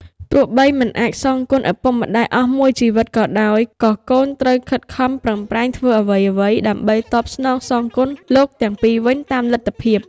ទោះបីមិនអាចសងគុណឪពុកម្ដាយអស់មួយជីវិតក៏ដោយ ក៏កូនត្រូវខិតខំប្រឹងប្រែងធ្វើអ្វីៗដើម្បីតបស្នងគុណលោកទាំងពីរវិញតាមលទ្ធភាព។